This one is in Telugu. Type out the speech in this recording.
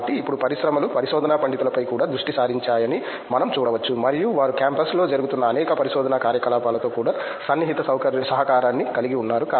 కాబట్టి ఇప్పుడు పరిశ్రమలు పరిశోధనా పండితులపై కూడా దృష్టి సారించాయని మనం చూడవచ్చు మరియు వారు క్యాంపస్లో జరుగుతున్న అనేక పరిశోధనా కార్యకలాపాలతో కూడా సన్నిహిత సహకారాన్ని కలిగి ఉన్నారు